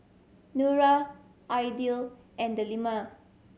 Nura Aidil and Delima